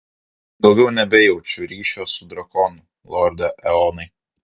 daugiau nebejaučiu ryšio su drakonu lorde eonai